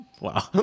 Wow